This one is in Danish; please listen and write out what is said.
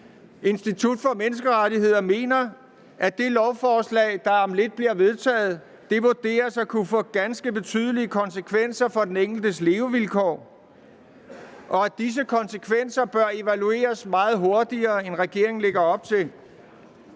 Institut for Menneskerettigheder mener, at det lovforslag, der om lidt bliver vedtaget, vurderes at kunne få ganske betydelige konsekvenser for den enkeltes levevilkår, og at disse konsekvenser bør evalueres meget hurtigere, end regeringen lægger op til.